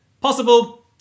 possible